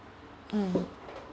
hmm